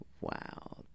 Wow